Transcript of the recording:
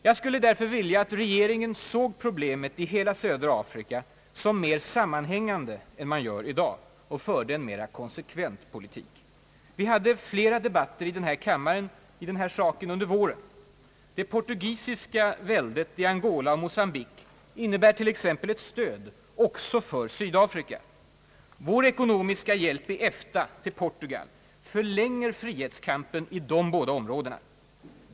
Jag skulle därför vilja att regeringen såg problemen i hela södra Afrika som mer sammanhängande än man gör i dag och förde en mer konsekvent politik. Vi hade flera debatter i den saken här i kammaren under våren. Det portugisiska väldet i Angola och Mocambique innebär t.ex. eit stöd också för Sydafrika. Vår ekonomiska hjälp i EFTA till Portugal förlänger frihetskampen i de båda områdena.